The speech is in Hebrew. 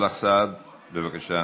סאלח סעד, בבקשה.